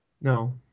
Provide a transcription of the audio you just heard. No